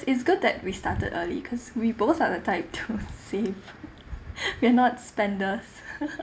it's good that we started early because we both are the type to save we're not spenders